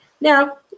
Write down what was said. now